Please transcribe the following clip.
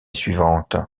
suivante